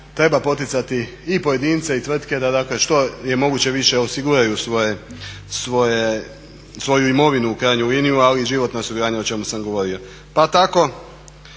treba poticati i pojedince i tvrtke da dakle što je moguće više osiguraju svoju imovinu u krajnjoj liniji ali i životna osiguranja o čemu sam govorio. Pa tako